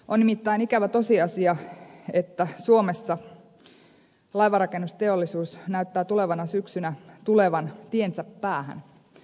on nimittäin ikävä tosiasia että suomessa laivanrakennusteollisuus näyttää tulevana syksynä tulevan tiensä päähän